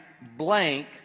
blank